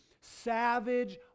savage